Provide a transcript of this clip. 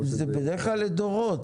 זה בדרך כלל לדורות,